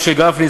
משה גפני,